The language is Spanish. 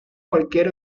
cualquier